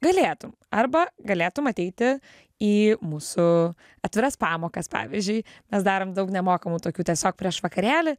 galėtum arba galėtum ateiti į mūsų atviras pamokas pavyzdžiui mes darom daug nemokamų tokių tiesiog prieš vakarėlį